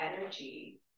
Energy